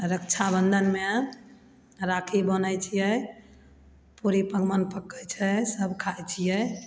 रक्षा बन्धनमे राखी बाँन्हय छियै पूरी पकवान पकय छै सब खाय छियै